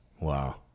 Wow